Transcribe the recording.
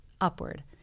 upward